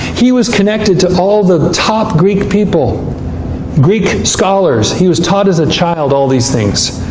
he was connected to all the the top greek people greek scholars. he was taught as a child all these things.